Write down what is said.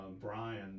Brian